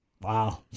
Wow